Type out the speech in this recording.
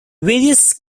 various